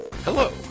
Hello